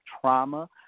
trauma